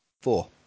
four